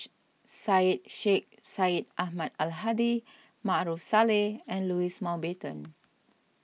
Syed Sheikh Syed Ahmad Al Hadi Maarof Salleh and Louis Mountbatten